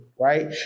Right